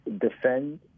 defend